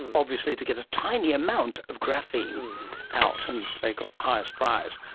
obviously to get a tiny amount of graphene out, and they got the highest prize.